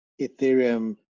Ethereum